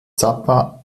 zappa